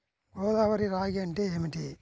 గోదావరి రాగి అంటే ఏమిటి?